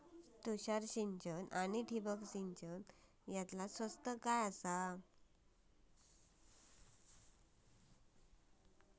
तुषार सिंचन आनी ठिबक सिंचन यातला स्वस्त काय आसा?